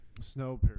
Snow